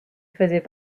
faisait